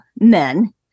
men